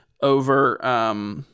over